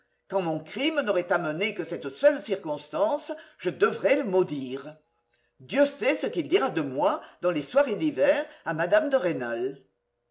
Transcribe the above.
quand mon crime n'aurait amené que cette seule circonstance je devrais le maudire dieu sait ce qu'il dira de moi dans les soirées d'hiver à mme de rênal